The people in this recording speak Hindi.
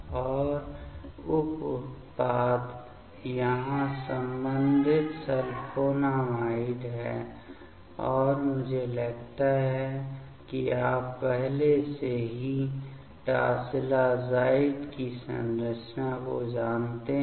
और उप उत्पाद यहां संबंधित सल्फोनामाइड है और मुझे लगता है कि आप पहले से ही टॉसिलाज़ाइड की संरचना को जानते हैं